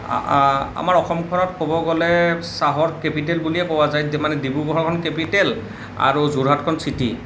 আমাৰ অসমখনত ক'ব গ'লে চাহৰ কেপিটেল বুলিয়ে কোৱা যায় মানে ডিব্ৰুগড়খন কেপিটেল আৰু যোৰহাটখন চিটি